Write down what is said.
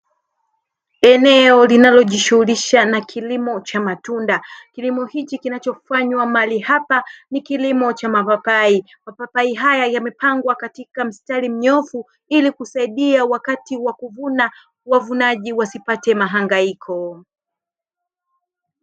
Eneo linalo jishughulisha na kilimo cha matunda, kilimo hiki kina chofanywa mahali hapa ni kilimo cha mapapai. Mapapai haya yamepangwa katika mstari mnyoofu, ili kusaidia wakati wa kuvuna, wavunaji wasipate mahangaiko.